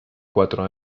cuatro